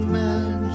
man